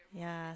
yeah